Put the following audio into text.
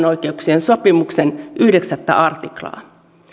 oikeuksien sopimuksen yhdeksäs artiklaa